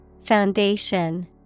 Foundation